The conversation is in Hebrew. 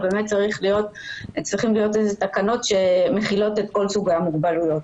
צריכות להיות תקנות שמכילות את כל סוגי המוגבלויות.